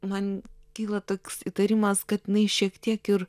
man kyla toks įtarimas kad jinai šiek tiek ir